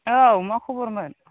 औ मा खबरमोन